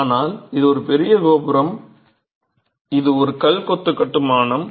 ஆனால் இது ஒரு பெரிய கோபுரம் இது ஒரு கல் கொத்து கட்டுமானம்